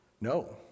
No